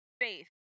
Faith